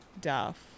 duff